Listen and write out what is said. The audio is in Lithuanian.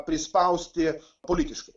prispausti politiškai